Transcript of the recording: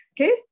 Okay